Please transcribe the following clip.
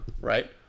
right